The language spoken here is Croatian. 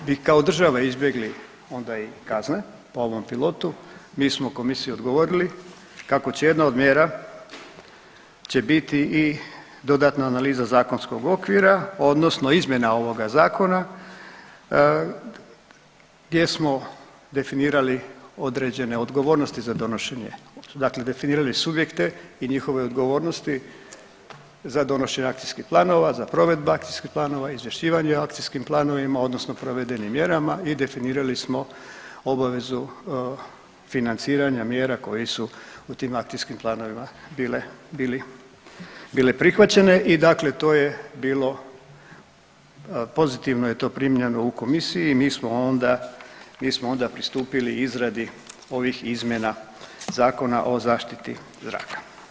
Dakle da bi kao država izbjegli onda i kazne po ovom pilotu, mi smo Komisiji odgovorili kako će jedna od mjera će biti i dodatna analiza zakonskog okvira, odnosno izmjena ovoga Zakona gdje smo definirali određene odgovornosti za donošenje, dakle definirali subjekte i njihove odgovornosti za donošenje akcijskih planova, za provedbu akcijskih planova, izvješćivanje o akcijskim planovima, odnosno provedenim mjerama i definirali smo obavezu financiranja mjera koje su u tim akcijskim planovima bile prihvaćene i dakle to je bilo, pozitivno je to primljeno u Komisiji, mi smo onda pristupili izradi ovih izmjena Zakona o zaštiti zraka.